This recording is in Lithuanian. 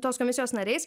tos komisijos nariais